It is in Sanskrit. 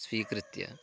स्वीकृत्य